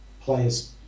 players